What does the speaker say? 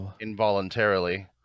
involuntarily